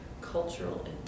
cultural